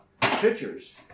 pictures